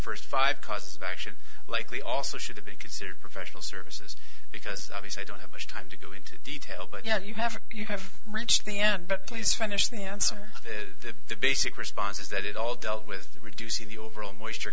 first five costs of action likely also should be considered professional services because obviously i don't have much time to go into detail but yeah you have to have reached the end but please finish the answer the basic response is that it all dealt with reducing the overall moisture